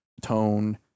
tone